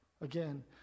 Again